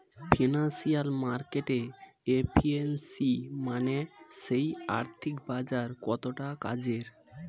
financial মার্কেটের efficiency মানে সেই আর্থিক বাজার কতটা কাজের